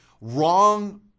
wrong